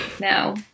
no